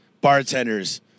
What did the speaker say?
bartenders